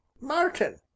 Martin